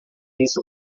isso